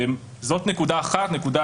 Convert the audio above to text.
אם אנחנו רוצים לרדת